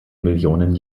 millionen